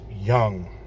young